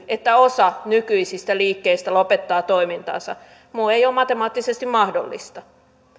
että osa nykyisistä liikkeistä lopettaa toimintansa muu ei ole matemaattisesti mahdollista